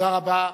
תודה רבה,